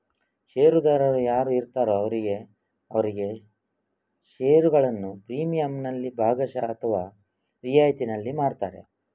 ಷೇರುದಾರರು ಯಾರು ಇರ್ತಾರೋ ಅವರಿಗೆ ಅವರಿಗೆ ಷೇರುಗಳನ್ನ ಪ್ರೀಮಿಯಂನಲ್ಲಿ ಭಾಗಶಃ ಅಥವಾ ರಿಯಾಯಿತಿನಲ್ಲಿ ಮಾರ್ತಾರೆ